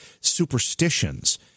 superstitions